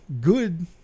good